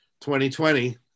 2020